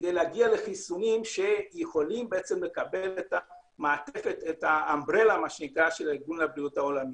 כדי להגיע לחיסונים שיכולים לקבל את המטרייה של ארגון הבריאות העולמי.